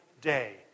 day